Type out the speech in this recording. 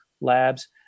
Labs